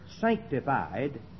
sanctified